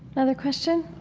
another question?